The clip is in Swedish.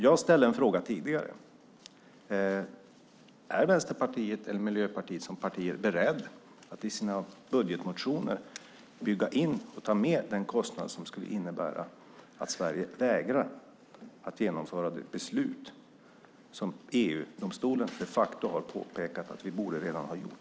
Jag ställde frågan tidigare: Är Vänsterpartiet och Miljöpartiet som partier beredda att i sina budgetmotioner bygga in och ta med den kostnad som det skulle innebära om Sverige vägrade att genomföra det beslut som EU-domstolen de facto har påpekat att vi redan borde ha gjort?